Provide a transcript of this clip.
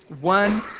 one